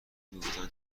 میگفتن